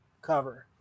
cover